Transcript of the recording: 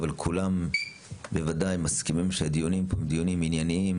אבל כולם בוודאי מסכימים שהדיונים הם דיונים ענייניים